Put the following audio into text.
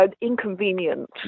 inconvenient